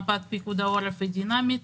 מפת פיקוד העורף היא דינמית,